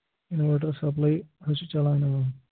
inverter supply حظ چھِ چلان